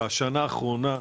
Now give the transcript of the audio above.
בשנה האחרונה,